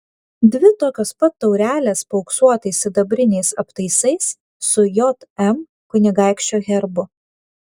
dvi tokios pat taurelės paauksuotais sidabriniais aptaisais su jm kunigaikščio herbu